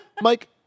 mike